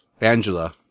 Angela